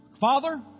Father